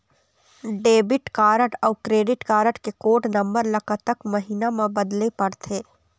Debit card अऊ credit card के code number ला कतक महीना मा बदले पड़थे?